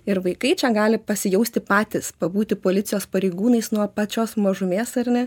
ir vaikai čia gali pasijausti patys pabūti policijos pareigūnais nuo pačios mažumės ar ne